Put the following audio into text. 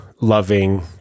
loving